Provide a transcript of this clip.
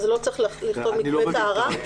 לא צריך לכתוב "מקווה טהרה"?